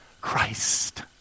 Christ